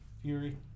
Fury